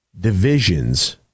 divisions